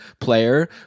player